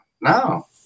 no